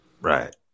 Right